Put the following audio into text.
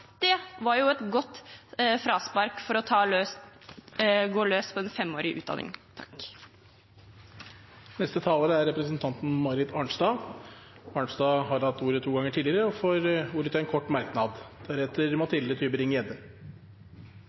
Det var jo et godt fraspark for å gå løs på en femårig utdanning. Representanten Marit Arnstad har hatt ordet to ganger tidligere og får ordet til en kort merknad,